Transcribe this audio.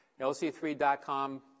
lc3.com